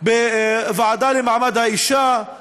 בוועדה למעמד האישה.